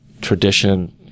tradition